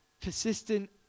persistent